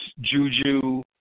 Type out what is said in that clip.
Juju